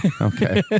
Okay